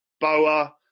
Boa